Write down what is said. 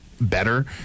better